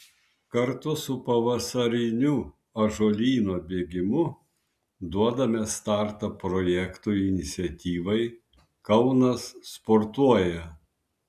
kartu su pavasariniu ąžuolyno bėgimu duodame startą projektui iniciatyvai kaunas sportuoja